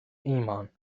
ایمان